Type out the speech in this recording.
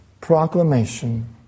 proclamation